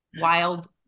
wild